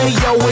yo